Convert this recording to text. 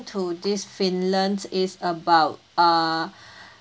to this finland it's about err